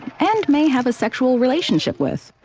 and may have a sexual relationship with.